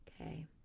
Okay